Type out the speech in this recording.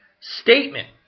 statement